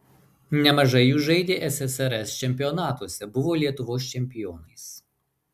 nemažai jų žaidė ssrs čempionatuose buvo lietuvos čempionais